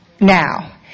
Now